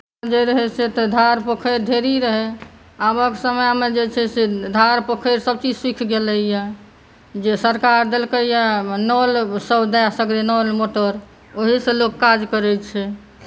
पहिने जे रहै से तऽ धार पोखरि ढेरी रहै आबक समयमे जे छै से धार पोखरिसभ चीज सूखि गेलै यए जे सरकार देलकै यए नलसभ सगरे दै सगरे नल मोटर ओहीसँ लोक काज करैत छै